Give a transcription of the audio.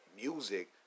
music